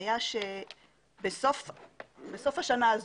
היה שבסוף השנה הזו,